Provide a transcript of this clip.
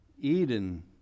Eden